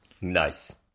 Nice